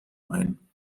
ein